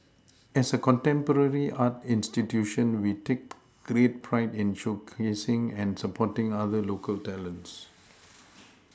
as a contemporary art institution we take great pride in showcasing and supporting our local talents